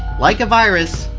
like a virus,